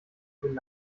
frühen